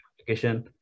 application